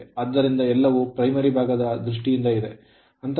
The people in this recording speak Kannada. ಆದ್ದರಿಂದ ಎಲ್ಲವೂ primary ಭಾಗದ ದೃಷ್ಟಿಯಿಂದ ಇದೆ